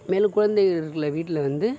மேலும் குழந்தைகள் இருக்கிற வீட்டில் வந்து